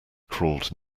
crawled